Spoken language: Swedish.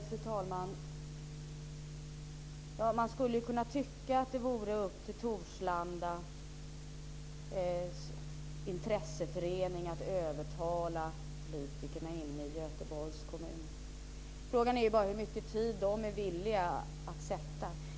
Fru talman! Man skulle ju kunna tycka att det vore upp till Torslandas intresseförening att övertala politikerna inne i Göteborgs kommun. Frågan är ju bara hur mycket tid de är villiga att avsätta.